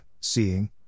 seeing